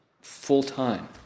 full-time